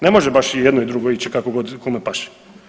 Ne može baš i jedno i drugo ići kako god kome paše.